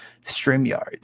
StreamYard